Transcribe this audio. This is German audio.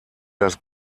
das